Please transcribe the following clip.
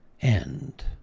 end